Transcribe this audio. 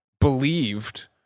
believed